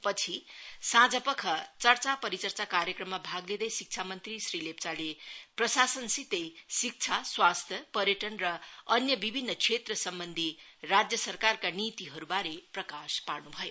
पछि साँखपख चर्चा परिचर्चा कार्यक्रममा भाग लिँदै शिक्षा मन्त्री श्री कुङ्गा निमा लेप्चाले प्रशासनसितै शिक्षा स्वास्थ्य पर्यटन र अन्य विभिन्न क्षेत्र सम्बन्धी राज्य सरकारका नितिहरू बारे प्रकाश पार्नुभयो